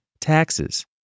taxes